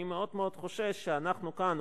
אני מאוד-מאוד חושש שאנחנו כאן,